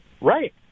Right